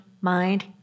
mind